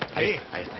i